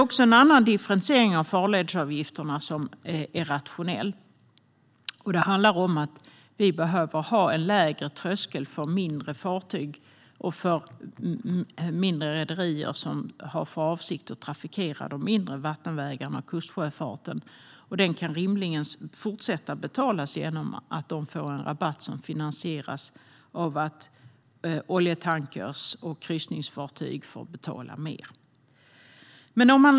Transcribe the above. Också en annan differentiering av farledsavgifterna är rationell, och det handlar om att vi behöver ha en lägre tröskel för mindre fartyg och mindre rederier som har för avsikt att trafikera de mindre vattenvägarna och kustsjöfarten. Det kan rimligen fortsätta att betalas genom att de får en rabatt som finansieras genom att oljetankrar och kryssningsfartyg får betala mer.